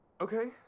Okay